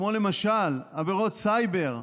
כמו למשל עבירות סייבר,